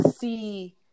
see